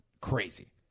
crazy